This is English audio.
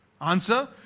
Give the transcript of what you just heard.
Answer